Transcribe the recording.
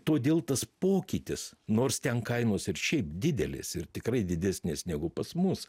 todėl tas pokytis nors ten kainos ir šiaip didelės ir tikrai didesnės negu pas mus